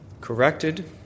corrected